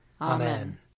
Amen